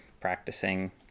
practicing